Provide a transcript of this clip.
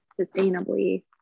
sustainably